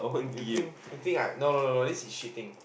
you think you think I no no no this is cheating